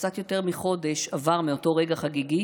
קצת יותר מחודש עבר מאותו רגע חגיגי